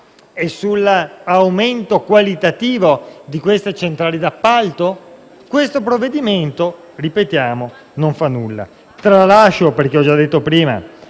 e sull'aumento qualitativo di queste centrali d'appalto? Questo provvedimento, lo ripetiamo, non fa nulla. Tralascio, perché ne ho già parlato prima,